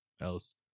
else